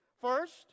first